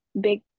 big